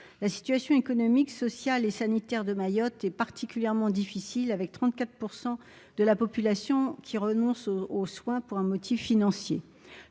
la situation économique, sociale et sanitaire de Mayotte est particulièrement difficile avec 34 % de la population qui renoncent aux soins pour un motif financier